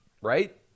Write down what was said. Right